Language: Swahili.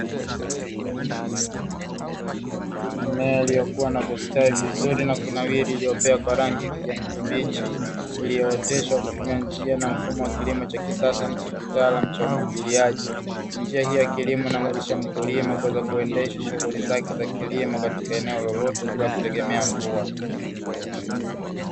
Mimea iliyokuwa na kustawi vizuri na kunawiri iliyopewa kwa rangi kijani kibichi iliyooteshwa kutumia njia na mfumo wa kilimo cha kisasa ninacho kitaalamu, cha umwagiliaji njia hii ya kilimo kuweza kuendesha shughuli zake za kilimo katika eneo lolote bila kutegemea mvua